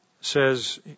says